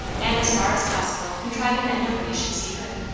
and as far as possible contriving that nobody should see her.